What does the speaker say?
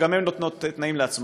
וגם הן נותנות תנאים לעצמאים.